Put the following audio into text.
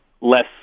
less